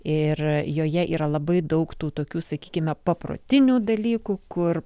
ir joje yra labai daug tų tokių sakykime paprotinių dalykų kur